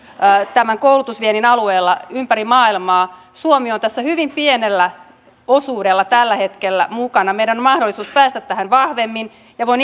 tämän koulutusviennin alueella ympäri maailmaa suomi on tässä hyvin pienellä osuudella tällä hetkellä mukana meidän on mahdollisuus päästä tähän vahvemmin ja voin